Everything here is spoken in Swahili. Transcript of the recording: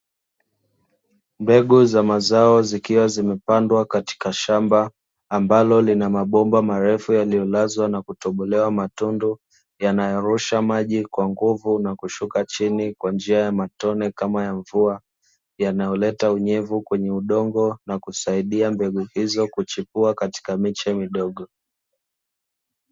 Mbegu za mazao zikiwa zimepandwa katika shamba ambalo lina mabomba marefu yaliyolazwa na kutobolewa matundu yanayorusha maji kwa nguvu na kushuka chini kwa njia ya matone kama ya mvua yanayoleta unyevu kwenye udongo na kusaidia mbegu hizo kuchipua katika miche midogo.